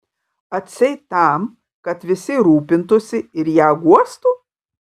atseit tam kad visi rūpintųsi ir ją guostų